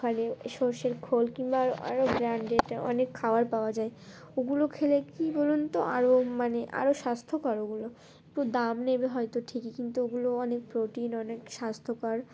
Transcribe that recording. ফলে সরষের খোল কিংবা আরও ব্র্যান্ডেড অনেক খাওয়ার পাওয়া যায় ওগুলো খেলে কি বলুন তো আরও মানে আরও স্বাস্থ্যকর ওগুলো একটু দাম নেবে হয়তো ঠিকই কিন্তু ওগুলো অনেক প্রোটিন অনেক স্বাস্থ্যকর